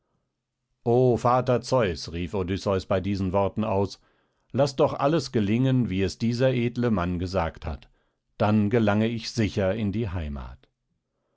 o vater zeus rief odysseus bei diesen worten aus laß doch alles gelingen wie es dieser edle mann gesagt hat dann gelange ich sicher in die heimat